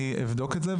אני אבדוק את זה,